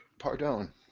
pardon